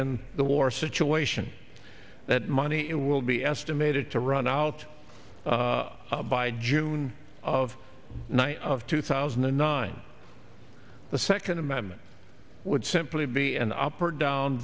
in the war situation that money will be estimated to run out by june of one of two thousand and nine the second amendment would simply be an opera down